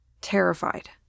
terrified